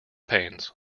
pains